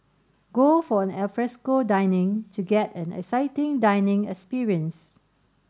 go for an alfresco dining to get an exciting dining experience